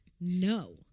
No